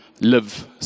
live